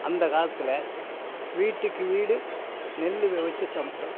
அந்த காலத்தில் வீட்டுக்கு வீடு நெல்லு வேவுச்சி சாப்பிட்டோம்